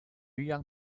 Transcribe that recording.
young